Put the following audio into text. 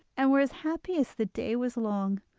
and were as happy as the day was long.